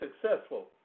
successful